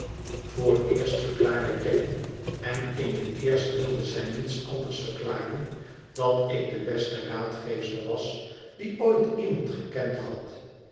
vooreerst verklaarde caddy en in het eerst wilde zij niets anders verklaren dat ik de beste raadgeefster was die ooit iemand gekend had